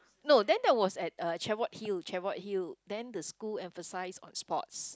no then that was at uh Cheviot-Hill Cheviot-Hill then the school emphasize on sports